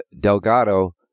Delgado